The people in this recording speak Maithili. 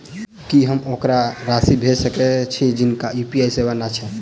की हम ओकरा राशि भेजि सकै छी जकरा यु.पी.आई सेवा नै छै?